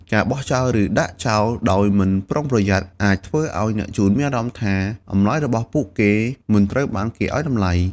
ការបោះចោល ឬដាក់ចោលដោយមិនប្រុងប្រយ័ត្ន អាចធ្វើឲ្យអ្នកជូនមានអារម្មណ៍ថាអំណោយរបស់ពួកគេមិនត្រូវបានគេឱ្យតម្លៃ។